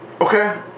Okay